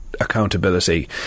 accountability